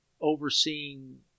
overseeing